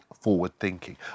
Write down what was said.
forward-thinking